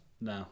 No